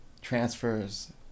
Transfers